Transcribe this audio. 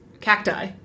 cacti